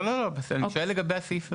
אני שואל לגבי הסעיף הזה.